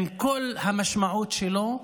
עם כל המשמעות שלו,